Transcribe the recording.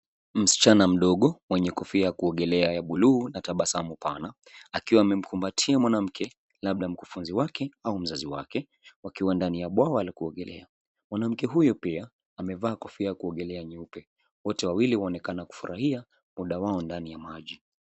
Msichana mdogo mwenye kofia ya kuogelea ya buluu na tabasamu pana akiwa amemkumbatia mwanamke labda mkufunzi wake au mzazi wake wakiwa ndani ya bwawa la kuogelea. Mwanamke huyo pia amevaa kofia ya kuogelea nyeupe. Wote wawili waonekana kufurahia muda wao ndani ya maji.